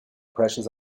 precious